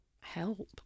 help